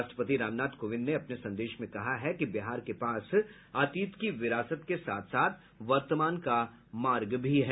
राष्ट्रपति रामनाथ कोविंद ने अपने संदेश में कहा है कि बिहार के पास अतीत की विरासत के साथ साथ वर्तमान का मार्ग भी है